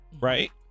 right